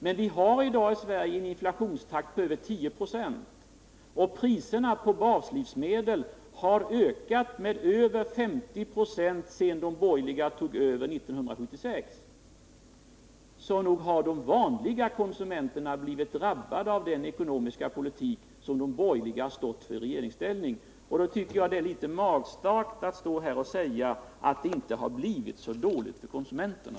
Men vi har i dag i Sverige en inflationstakt på över 10 26, och priserna på baslivsmedel har ökat med över 50 96 sedan de borgerliga tog över makten 1976. Så nog har de vanliga konsumenterna blivit drabbade av den ekonomiska politik som de borgerliga stått för i regeringsställning! Därför tycker jag det är litet väl magstarkt att stå här och säga att det inte har blivit så dåligt för konsumenterna.